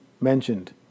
mentioned